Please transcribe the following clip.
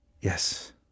Yes